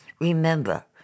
Remember